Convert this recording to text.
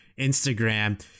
Instagram